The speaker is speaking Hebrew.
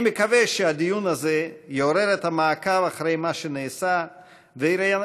אני מקווה שהדיון הזה יעורר את המעקב אחרי מה שנעשה וירענן